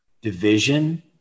division